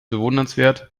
bewundernswert